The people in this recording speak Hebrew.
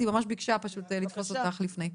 היא ממש ביקשה פשוט לתפוס אותך לפני.